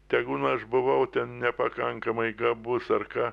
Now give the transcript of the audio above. tegul aš buvau ten nepakankamai gabus ar ką